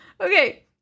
okay